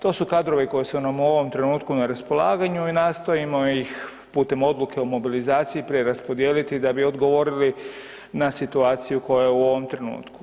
To su kadrovi koji su nam u ovom trenutku na raspolaganju i nastojimo ih putem odluke o mobilizaciji preraspodijeliti da bi odgovorili na situaciju koja je u ovom trenutku.